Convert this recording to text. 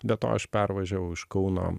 be to aš pervažiavau iš kauno